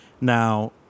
Now